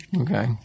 Okay